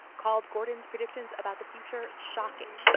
called gordon's predictions about the future shocking,